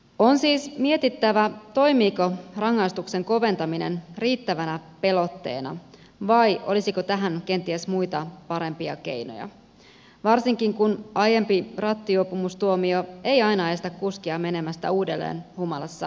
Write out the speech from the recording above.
on siis mietittävä toimiiko rangaistuksen koventaminen riittävänä pelotteena vai olisiko tähän kenties muita parempia keinoja varsinkin kun aiempi rattijuopumustuomio ei aina estä kuskia menemästä uudelleen humalassa auton rattiin